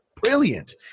brilliant